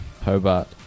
Hobart